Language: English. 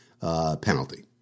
penalty